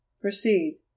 Proceed